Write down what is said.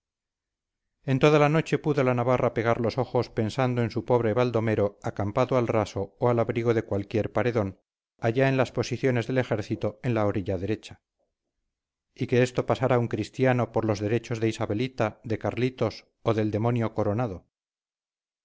en toda la noche pudo la navarra pegar los ojos pensando en su pobre baldomero acampado al raso o al abrigo de cualquier paredón allá en las posiciones del ejército en la orilla derecha y que esto pasara un cristiano por los derechos de isabelita de carlitos o del demonio coronado